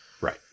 Right